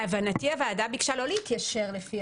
להבנתי הוועדה ביקשה לא להתיישר לפי